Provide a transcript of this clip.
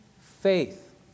faith